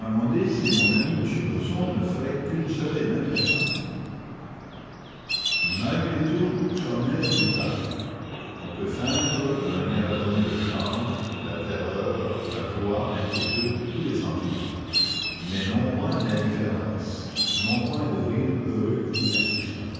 et mon ami monsieur brcsson ne feraient qu'une seule et même personne malgré tout sholmès douta on peut feindre de manière à donner le change la terreur la joie l'inquiétude tous les sentiments mais non point l'indifférence non point le rire heureux et insouciant